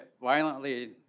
violently